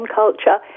culture